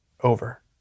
over